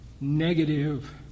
negative